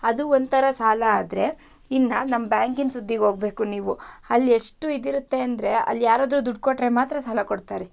ಅದು ಒಂಥರ ಸಾಲ ಆದರೆ ಇನ್ನೂ ನಮ್ಮ ಬ್ಯಾಂಕಿನ ಸುದ್ದಿಗೆ ಹೋಗಬೇಕು ನೀವು ಅಲ್ಲೆಷ್ಟು ಇದು ಇರತ್ತೆ ಅಂದರೆ ಅಲ್ಲಿ ಯಾರಾದರೂ ದುಡ್ಡು ಕೊಟ್ರೆ ಮಾತ್ರ ಸಾಲ ಕೊಡ್ತಾರೆ